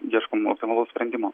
ieškom optimalaus sprendimo